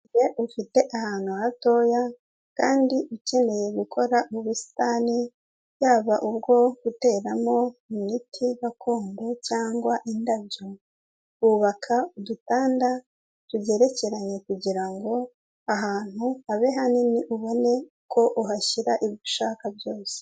Ufite ahantu hatoya kandi ukeneye gukora ubusitani, yaba ubwo guteramo imiti gakondo cyangwa indabyo, wubaka udutanda tugerekeranye, kugirango ahantu habe hanini ubone ko uhashyira ibyo ushaka byose.